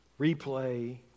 Replay